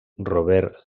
robert